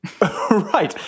Right